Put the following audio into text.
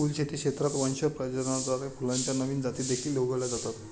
फुलशेती क्षेत्रात वंश प्रजननाद्वारे फुलांच्या नवीन जाती देखील उगवल्या जातात